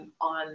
on